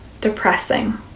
depressing